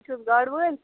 تُہۍ چھِ حظ گاڈٕ وٲلۍ